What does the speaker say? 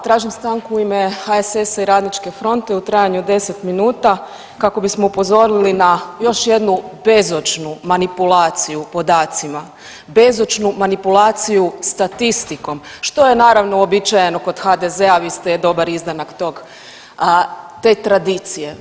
Tražim stanku u ime HSS-a i RF-a u trajanju od 10 minuta kako bismo upozorili na još jednu bezočnu manipulaciju podacima, bezočnu manipulaciju statistikom, što je naravno uobičajeno kod HDZ-a, vi ste dobar izdanak tog, te tradicije.